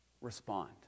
respond